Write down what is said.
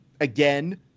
Again